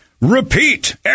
repeat